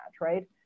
Right